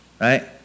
Right